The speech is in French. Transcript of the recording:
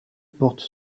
porte